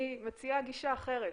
אני מציעה גישה אחרת.